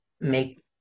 make